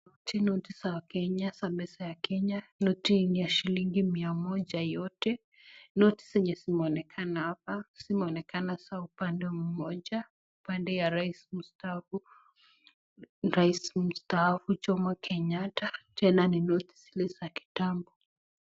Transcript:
Noti. Noti za Kenya, za pesa ya Kenya. Noti ni ya shilingi mia moja yote. Noti zenye zimeonekana hapa zimeonekana za upande moja. Upande ya rais mstaafu Jomo Kenyatta. Tena ni noti zile za kitambo.